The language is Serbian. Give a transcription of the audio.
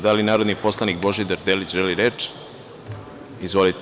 Da li narodni poslanik Božidar Delić želi reč? (Da.